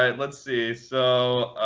um let's see. so